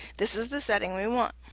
this is the setting we want.